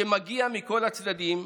שמגיע מכל הצדדים,